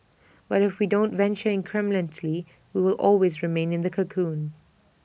but if we don't venture incrementally we will always remain in the cocoon